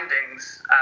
findings